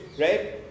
right